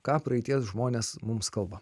ką praeities žmonės mums kalba